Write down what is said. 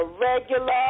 regular